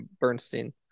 Bernstein